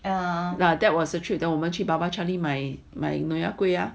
that was a trip then 我们去 Baba Charlie 买 nyonya kueh ah